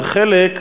וחלק,